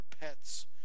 pets